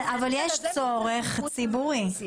אבל יש צורך ציבורי.